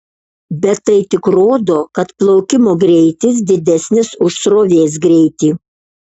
bet tai tik rodo kad plaukimo greitis didesnis už srovės greitį